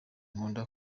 nkunda